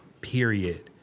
period